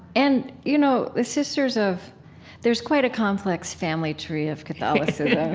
and you know the sisters of there's quite a complex family tree of catholicism,